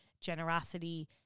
generosity